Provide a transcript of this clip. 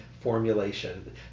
formulation